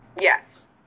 Yes